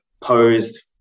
posed